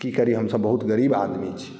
की करी हमसब बहुत गरीब आदमी छी